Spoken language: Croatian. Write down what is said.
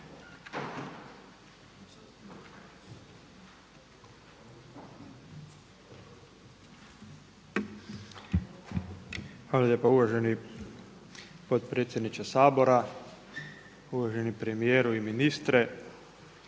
Hvala lijepa uvaženi potpredsjedniče Sabora, uvaženi premijeru i ministre